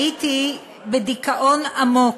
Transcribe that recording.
הייתי בדיכאון עמוק,